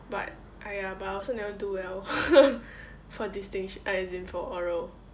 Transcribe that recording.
but !aiya! but I also never do well for distincti~ uh as in for oral